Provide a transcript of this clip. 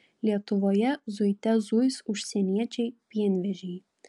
lietuvoje zuite zuis užsieniečiai pienvežiai